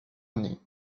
année